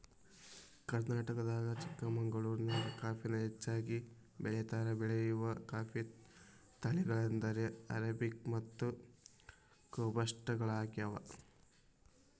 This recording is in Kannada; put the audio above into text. ಕರ್ನಾಟಕದ ಚಿಕ್ಕಮಗಳೂರಿನ್ಯಾಗ ಕಾಫಿನ ಹೆಚ್ಚಾಗಿ ಬೆಳೇತಾರ, ಬೆಳೆಯುವ ಕಾಫಿಯ ತಳಿಗಳೆಂದರೆ ಅರೇಬಿಕ್ ಮತ್ತು ರೋಬಸ್ಟ ಗಳಗ್ಯಾವ